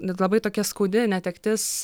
net labai tokia skaudi netektis